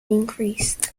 increased